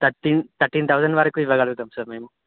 thirteen thirteen thousand వరకు ఇవ్వగలుగుతం sir మేము